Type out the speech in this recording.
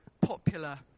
popular